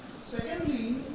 Secondly